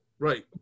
Right